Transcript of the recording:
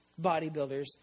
bodybuilders